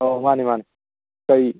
ꯑꯥꯎ ꯃꯥꯅꯤ ꯃꯥꯅꯤ ꯀꯔꯤ